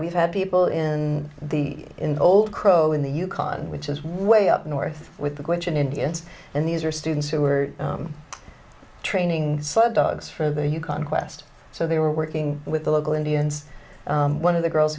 we've had people in the in the old crow in the yukon which is way up north with the question indians and these are students who are training so dogs for the yukon quest so they were working with the local indians one of the girls